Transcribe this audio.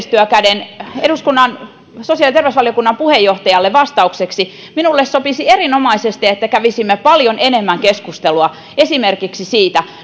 yhteistyön käden eduskunnan sosiaali ja terveysvaliokunnan puheenjohtajalle vastaukseksi minulle sopisi erinomaisesti että kävisimme paljon enemmän keskustelua esimerkiksi siitä